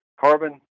carbon